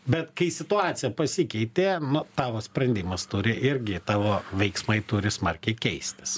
bet kai situacija pasikeitė nu tavo sprendimas turi irgi tavo veiksmai turi smarkiai keistis